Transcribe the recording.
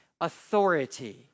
authority